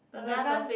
the Nun